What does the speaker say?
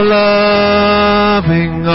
loving